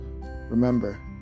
Remember